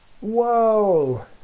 whoa